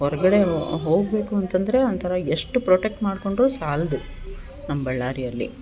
ಹೊರಗಡೆ ಹೋಗಬೇಕು ಅಂತಂದರೆ ಒಂಥರ ಎಷ್ಟು ಪ್ರೊಟೆಕ್ಟ್ ಮಾಡ್ಕೊಂಡ್ರು ಸಾಲದು ನಮ್ಮ ಬಳ್ಳಾರಿಯಲ್ಲಿ